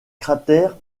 cratère